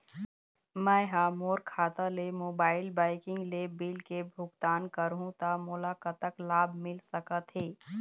मैं हा मोर खाता ले मोबाइल बैंकिंग ले बिल के भुगतान करहूं ता मोला कतक लाभ मिल सका थे?